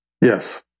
Yes